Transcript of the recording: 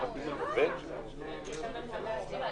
"וכן נמוכה ביחס לרמת